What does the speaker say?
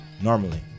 normally